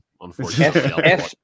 unfortunately